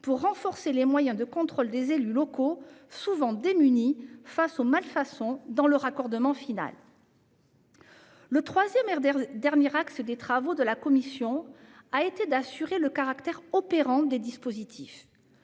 à renforcer les moyens de contrôle des élus locaux, souvent démunis face aux malfaçons dans le raccordement final. Le troisième et dernier axe des travaux de la commission a été d'assurer le caractère opérant des dispositifs.